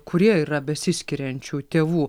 kurie yra besiskiriančių tėvų